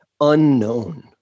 unknown